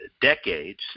decades